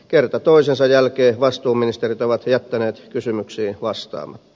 kerta toisensa jälkeen vastuuministerit ovat jättäneet kysymyksiin vastaamatta